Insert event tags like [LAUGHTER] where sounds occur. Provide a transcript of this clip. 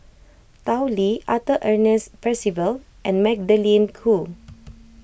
Tao Li Arthur Ernest Percival and Magdalene Khoo [NOISE]